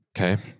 Okay